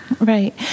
Right